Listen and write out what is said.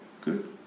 good